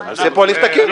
אז אני עושה פה הליך תקין.